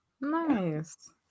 Nice